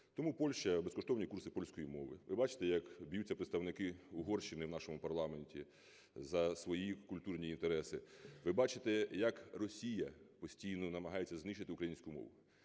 Тому Польща: безкоштовні курси польської мови. Ви бачите, як б'ються представники Угорщини у нашому парламенті за свої культурні інтереси. Ви бачите, як Росія постійно намагається знищити українську мову.